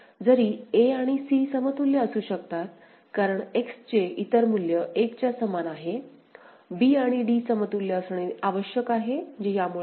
जरी a आणि c समतुल्य असू शकतात कारण X चे इतर मूल्य 1 च्या समान आहे b आणि d समतुल्य असणे आवश्यक आहे जे यामुळे नाही